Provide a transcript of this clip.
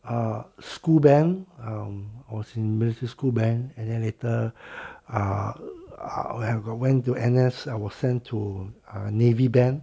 uh school band um I was in military school band and then later uh uh when I have a I went to N_S I was sent to a navy band